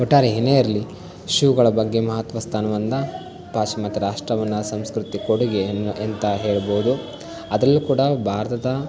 ಒಟ್ಟಾರೆ ಏನೇ ಇರಲಿ ಶೂಗಳ ಬಗ್ಗೆ ಮಹತ್ವ ಸ್ಥಾನವನ್ನು ಪಾಶ್ಚಿಮಾತ್ಯ ರಾಷ್ಟ್ರವನ್ನು ಸಂಸ್ಕೃತಿ ಕೊಡುಗೆ ಎಂತ ಹೇಳ್ಬೋದು ಅದರಲ್ಲಿ ಕೂಡ ಭಾರತದ